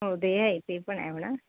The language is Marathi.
हो ते आहे ते पण आहे म्हणा